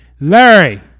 Larry